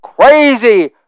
Crazy